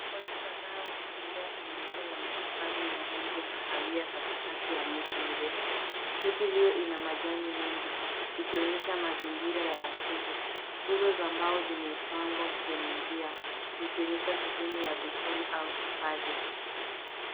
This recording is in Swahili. Watu kadhaa wantambea kwenye njia ya matofali ya rangi ya kahawia katikati ya miti mirefu. Miti hio ina majani mengi ikionyesha mazingira ya asili. Nguzo za mbao zimepangwa kwenye njia zikionyesha sehemu ya bustani au hifadhi.